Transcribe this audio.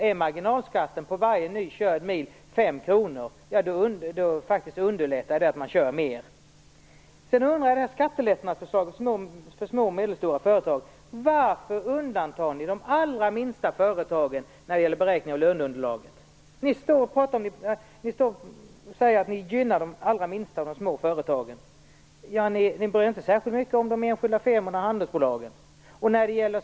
Är marginalskatten på varje körd mil 5 kr uppmuntrar detta till mer bilkörning. Angående skattelättnadsförslaget för små och medelstora företag, varför undantar ni de allra minsta företagen när det gäller beräkning av löneunderlaget? Ni säger att ni vill gynna de allra minsta företagen, men ni har inte berört de enskilda firmorna och handelsbolagen särskilt mycket.